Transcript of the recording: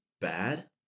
bad